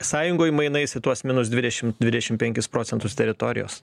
sąjungoj mainais į tuos minus dvidešim dvidešim penkis procentus teritorijos